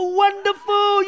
wonderful